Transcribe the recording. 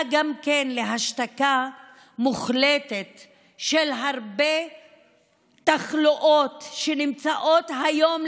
גם להשתקה מוחלטת של הרבה תחלואות שנמצאות היום,